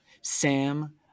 Sam